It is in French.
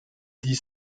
dis